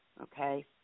okay